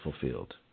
fulfilled